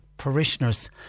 parishioners